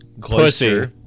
Pussy